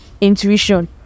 intuition